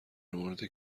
مورد